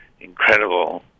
incredible